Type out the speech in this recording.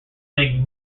make